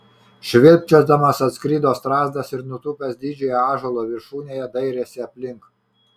švilpčiodamas atskrido strazdas ir nutūpęs didžiojo ąžuolo viršūnėje dairėsi aplink